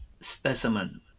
specimen